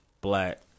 black